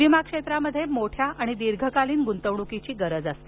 विमाक्षेत्रामध्ये मोठ्या आणि दीर्घकालीन गुंतवणुकीची गरज असते